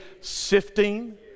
sifting